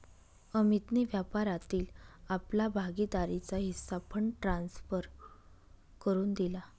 अमितने व्यापारातील आपला भागीदारीचा हिस्सा फंड ट्रांसफर करुन दिला